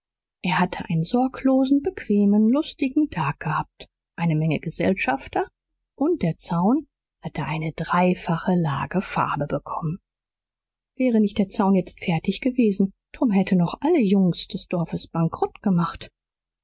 er hatte einen sorglosen bequemen lustigen tag gehabt eine menge gesellschafter und der zaun hatte eine dreifache lage farbe bekommen wäre nicht der zaun jetzt fertig gewesen tom hätte noch alle jungens des dorfes bankerott gemacht